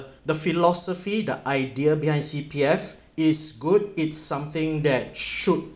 the philosophy the idea behind C_P_F is good it's something that should